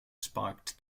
sparked